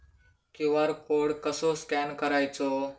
QR code कसो scan करायचो?